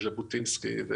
ז'בוטינסקי,